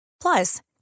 Plus